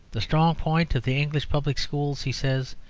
the strong point of the english public schools, he says,